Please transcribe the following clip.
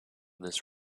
this